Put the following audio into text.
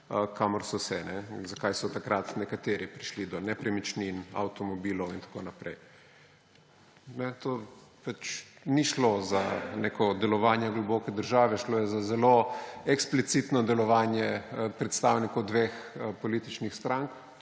kamor so se. In zakaj so takrat nekateri prišli do nepremičnin, avtomobilov in tako naprej. Tu pač ni šlo za neko delovanje globoke države, šlo je za zelo eksplicitno delovanje predstavnikov dveh političnih strank,